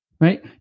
Right